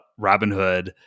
Robinhood